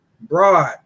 broad